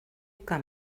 que